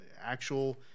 actual